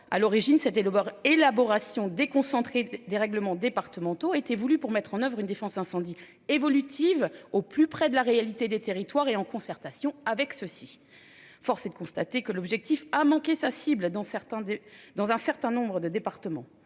à l'origine, c'était d'abord élaboration déconcentrée des règlements départementaux était voulue pour mettre en oeuvre une défense incendie évolutive au plus près de la réalité des territoires et en concertation avec ceux-ci. Force est de constater que l'objectif a manqué sa cible, dont certains dans un certain nombre de départements.